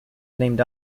named